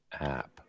app